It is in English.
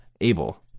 able